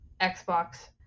Xbox